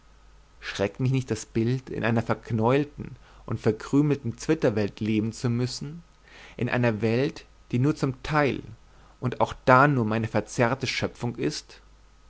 schreckt mich nicht das bild in einer verknäuelten und verkrümelten zwitterwelt leben zu müssen einer welt die nur zum teil und auch da nur meine verzerrte schöpfung ist